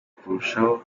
kurushaho